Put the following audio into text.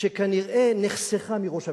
שכנראה נחסכה מראש הממשלה.